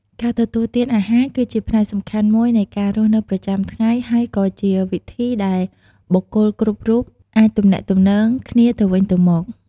ការទទួលទានអាហារគឺជាផ្នែកសំខាន់មួយនៃការរស់នៅប្រចាំថ្ងៃ ហើយក៏ជាវិធីដែលបុគ្គលគ្រប់រូបអាចទំនាក់ទំនងគ្នាទៅវិញទៅមក។